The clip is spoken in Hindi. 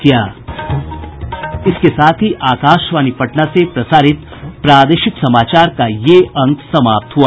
इसके साथ ही आकाशवाणी पटना से प्रसारित प्रादेशिक समाचार का ये अंक समाप्त हुआ